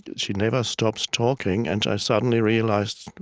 she never stops talking. and i suddenly realized,